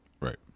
Right